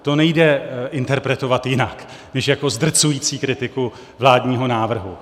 To nejde interpretovat jinak než jako zdrcující kritiku vládního návrhu.